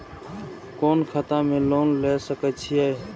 कोन खाता में लोन ले सके छिये?